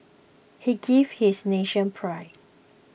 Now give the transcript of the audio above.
he gave his nation pride